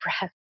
breath